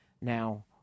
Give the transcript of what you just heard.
Now